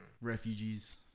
refugees